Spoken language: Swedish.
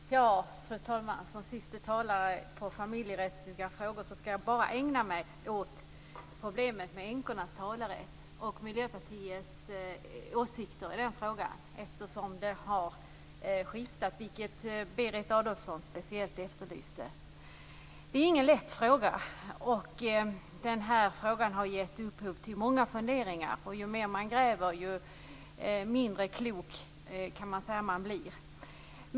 Fru talman! Som siste talare i de familjerättsliga frågorna skall jag bara ägna mig åt problemet med änkornas talerätt och Miljöpartiets åsikter i den frågan, eftersom de har skiftat. Berit Adolfsson efterlyste ju det speciellt. Det är ingen lätt fråga. Den har gett upphov till många funderingar, och ju mer man gräver, desto mindre klok blir man.